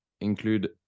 include